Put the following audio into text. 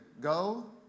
Go